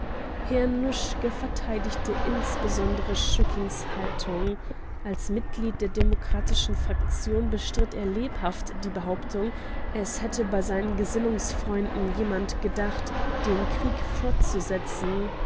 herr nuschke verteidigte insbesondere schückings haltung als mitglied der demokratischen fraktion bestritt er lebhaft die behauptung es hätte bei seinen gesinnungsfreunden jemand gedacht den krieg fortzusetzen